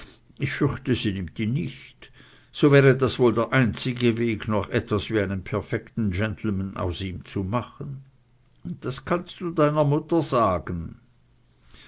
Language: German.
ich fürchte sie nimmt ihn nicht so wäre das wohl der einzige weg noch etwas wie einen perfekten gentleman aus ihm zu machen und das kannst du deiner mama sagen